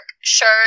Sure